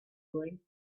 growing